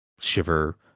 shiver